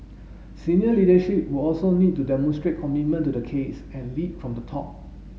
senior leadership will also need to demonstrate commitment to the case and lead from the top